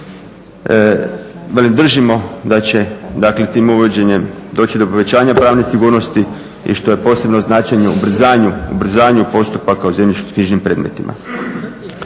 držimo da će dakle tim uvođenjem doći do povećanja pravne sigurnosti i što je posebno značajno, ubrzanju postupaka u zemljišno-knjižnim predmetima.